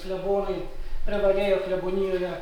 klebonai privalėjo klebonijoje